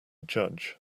judge